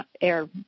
Air